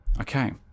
okay